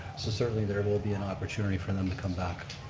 so certainly there will be an opportunity for them to come back.